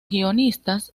guionistas